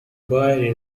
boy